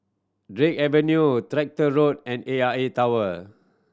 Drake Avenue Tractor Road and A I A Tower